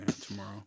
tomorrow